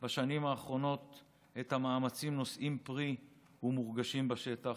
בשנים האחרונות את המאמצים נושאים פרי ומורגשים בשטח,